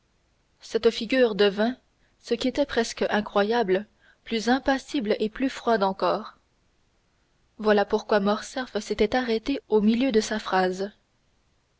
cette figure devint ce qui était presque incroyable plus impassible et plus froide encore voilà pourquoi morcerf s'était arrêté au milieu de sa phrase